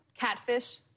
catfish